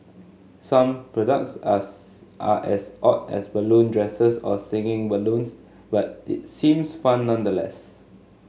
some products as are as odd as balloon dresses or singing balloons but it seems fun nevertheless